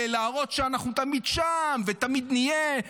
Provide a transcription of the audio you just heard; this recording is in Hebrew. להראות: אנחנו תמיד שם ותמיד נהיה,